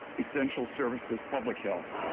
essential services, public health.